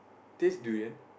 taste durian